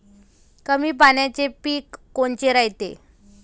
कमी पाण्याचे पीक कोनचे रायते?